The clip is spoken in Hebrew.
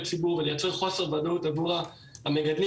ציבור ולייצר חוסר ודאות עבור המגדלים,